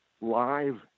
live